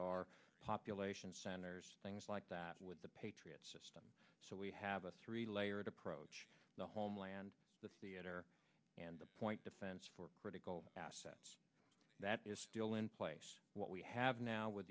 are population centers things like that with the patriots so we have a three layered approach the homeland the theater and the point defense for critical assets that is still in place what we have now with